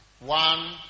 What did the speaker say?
One